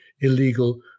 illegal